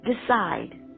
decide